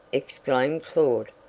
exclaimed claud.